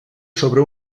sobre